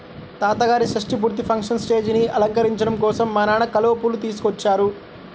తాతగారి షష్టి పూర్తి ఫంక్షన్ స్టేజీని అలంకరించడం కోసం మా నాన్న కలువ పూలు తీసుకొచ్చారు